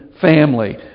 family